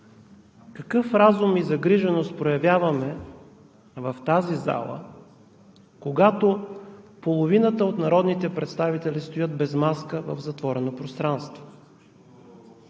какъв разум и загриженост проявяваме в тази зала, когато половината от народните представители стоят без маска в затворено пространство?